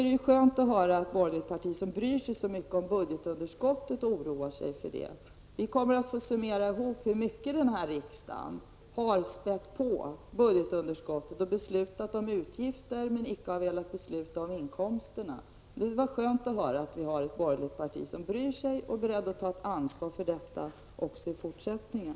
Det är skönt att höra att ett borgerligt parti bryr sig så mycket om budgetunderskottet och att man oroar sig för det. Vi kommer att få summera hur mycket denna riksdag har spätt på budgetunderskottet när den beslutat om utgifter men icke velat besluta om inkomsterna. Det är bra att det finns ett borgerligt parti som bryr sig om detta och är beredd att ta sitt ansvar också i fortsättningen.